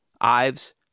Ives